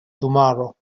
tomorrow